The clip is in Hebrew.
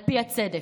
על פי הצדק.